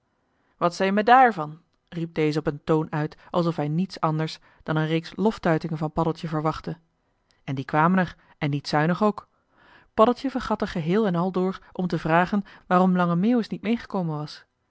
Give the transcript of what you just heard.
zee je me dààr van riep deze op een toon uit alsof hij niets anders dan een reeks loftuitingen van paddeltje verwachtte en die kwamen er en niet zuinig ook paddeltje vergat er geheel en al door om te vragen waarom lange meeuwis niet meegekomen was